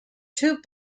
two